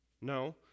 No